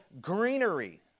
greenery